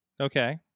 Okay